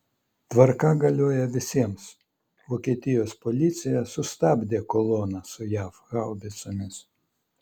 tvarka galioja visiems vokietijos policija sustabdė koloną su jav haubicomis